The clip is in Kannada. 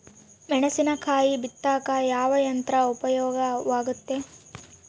ಮೆಣಸಿನಕಾಯಿ ಬಿತ್ತಾಕ ಯಾವ ಯಂತ್ರ ಉಪಯೋಗವಾಗುತ್ತೆ?